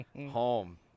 home